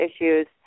issues